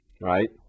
right